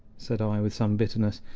said i, with some bitterness,